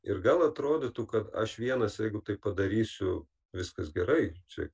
ir gal atrodytų kad aš vienas jeigu taip padarysiu viskas gerai čia